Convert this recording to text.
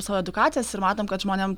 savo edukacijas ir matom kad žmonėm